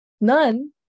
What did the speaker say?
none